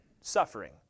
suffering